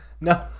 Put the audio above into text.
no